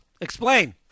explain